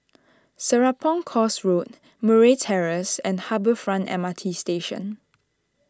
Serapong Course Road Murray Terrace and Harbour Front M R T Station